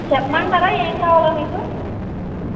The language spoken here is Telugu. చెప్మంటారా ఎం కావాలో మీకు